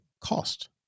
cost